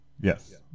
Yes